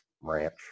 Ranch